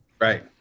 Right